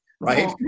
Right